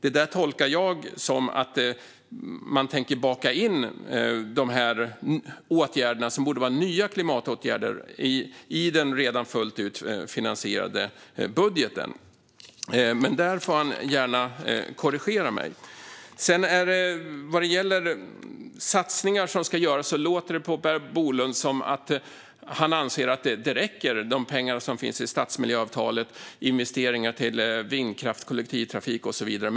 Det tolkar jag som att man tänker baka in åtgärderna som borde vara nya klimatåtgärder i den redan fullt ut finansierade budgeten. Men där får han gärna korrigera mig. Vad gäller de satsningar som ska göras låter det på Per Bolund som att han anser att de pengar som finns i stadsmiljöavtalet räcker till investeringar i vindkraft, kollektivtrafik och så vidare.